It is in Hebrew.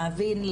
להבין,